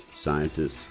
scientists